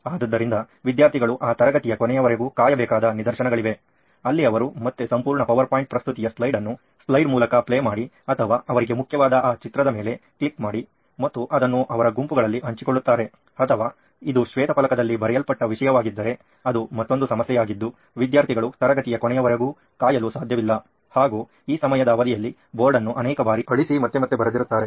ಆದ್ದರಿಂದ ವಿದ್ಯಾರ್ಥಿಗಳು ಆ ತರಗತಿಯ ಕೊನೆಯವರೆಗೂ ಕಾಯಬೇಕಾದ ನಿದರ್ಶನಗಳಿವೆ ಅಲ್ಲಿ ಅವರು ಮತ್ತೆ ಸಂಪೂರ್ಣ ಪವರ್ ಪಾಯಿಂಟ್ ಪ್ರಸ್ತುತಿಯ ಸ್ಲೈಡ್ ಅನ್ನು ಸ್ಲೈಡ್ ಮೂಲಕ ಪ್ಲೇ ಮಾಡಿ ಅಥವಾ ಅವರಿಗೆ ಮುಖ್ಯವಾದ ಆ ಚಿತ್ರದ ಮೇಲೆ ಕ್ಲಿಕ್ ಮಾಡಿ ಮತ್ತು ಅದನ್ನು ಅವರ ಗುಂಪುಗಳಲ್ಲಿ ಹಂಚಿಕೊಳ್ಳುತ್ತಾರೆ ಅಥವಾ ಇದು ಶ್ವೇತ ಫಲಕದಲ್ಲಿ ಬರೆಯಲ್ಪಟ್ಟ ವಿಷಯವಾಗಿದ್ದರೆ ಅದು ಮತ್ತೊಂದು ಸಮಸ್ಯೆಯಾಗಿದ್ದು ವಿದ್ಯಾರ್ಥಿಗಳು ತರಗತಿಯ ಕೊನೆಯವರೆಗೂ ಕಾಯಲು ಸಾಧ್ಯವಿಲ್ಲ ಹಾಗೂ ಈ ಸಮಯದ ಅವಧಿಯಲ್ಲಿ ಬೋರ್ಡ್ ಅನ್ನು ಅನೇಕ ಬಾರಿ ಅಳಿಸಿ ಮತ್ತೆ ಮತ್ತೆ ಬರೆದಿರುತ್ತಾರೆ